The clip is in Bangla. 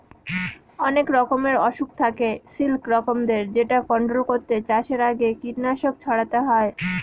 অনেক রকমের অসুখ থাকে সিল্কবরমদের যেটা কন্ট্রোল করতে চাষের আগে কীটনাশক ছড়াতে হয়